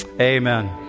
Amen